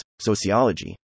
sociology